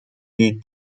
die